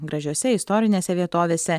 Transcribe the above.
gražiose istorinėse vietovėse